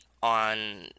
on